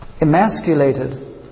emasculated